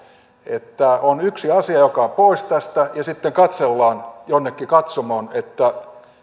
että on yksi asia joka on pois tästä ja sitten katsellaan jonnekin katsomoon että